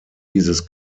dieses